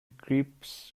grips